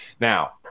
now